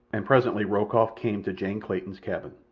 and presently rokoff came to jane clayton's cabin.